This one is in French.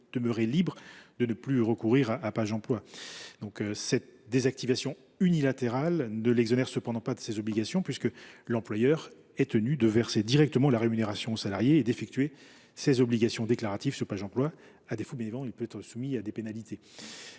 demeurer libre de ne plus recourir à Pajemploi+. Cette désactivation unilatérale ne l’exonère cependant pas de ses obligations, puisqu’il est tenu de verser directement la rémunération au salarié et d’effectuer ses obligations déclaratives sur Pajemploi+, faute de quoi il peut être soumis à des pénalités.